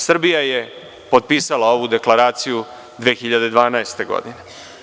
Srbija je potpisala ovu Deklaraciju 2012. godine.